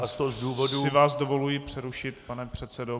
Já si vás dovoluji přerušit, pane předsedo.